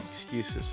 Excuses